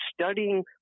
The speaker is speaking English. studying